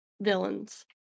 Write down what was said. villains